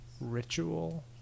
ritual